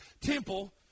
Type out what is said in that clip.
temple